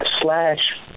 Slash